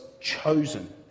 chosen